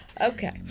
Okay